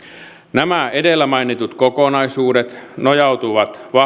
nämä edellä mainitut kokonaisuudet nojautuvat